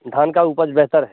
धान का उपज बेहतर है